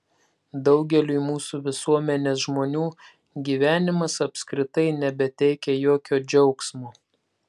daugeliui mūsų visuomenės žmonių gyvenimas apskritai nebeteikia jokio džiaugsmo